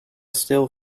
still